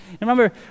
Remember